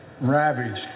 ravaged